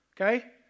Okay